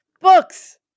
books